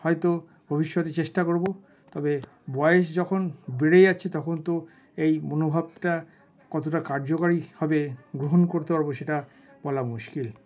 হয়তো ভবিষ্যতে চেষ্টা করবো তবে বয়েস যখন বেড়ে যাচ্ছে তখন তো এই মনোভাবটা কতটা কার্যকারী হবে গ্রহণ করতে পারবো সেটা বলা মুশকিল